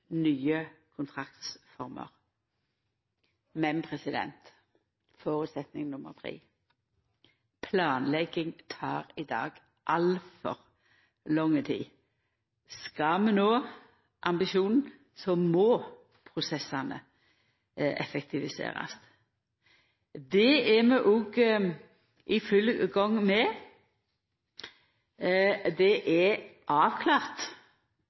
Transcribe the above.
nye kontraktsformer. Men – føresetnad nr. 3: Planlegging tek i dag altfor lang tid. Skal vi nå ambisjonen, må prosessane effektiviserast. Det er vi òg i full gang med. Det er avklart,